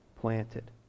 planted